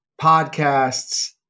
podcasts